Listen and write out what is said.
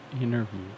interview